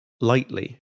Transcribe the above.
lightly